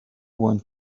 want